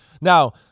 Now